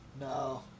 No